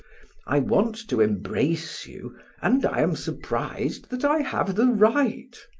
i want to embrace you and i am surprised that i have the right.